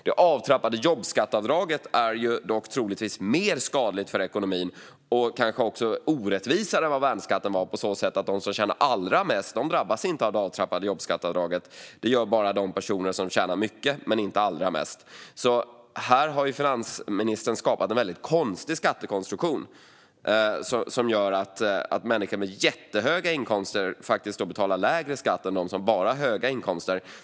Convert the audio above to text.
Det avtrappade jobbskatteavdraget är dock troligtvis mer skadligt för ekonomin och kanske mer orättvist än värnskatten på det sättet att de som tjänar allra mest inte drabbas av det. Det gör bara personer som tjänar mycket men inte allra mest. Finansministern har här skapat en konstig skattekonstruktion som gör att människor med jättehöga inkomster ska betala lägre skatt än de som bara har höga inkomster.